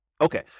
Okay